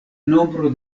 nombro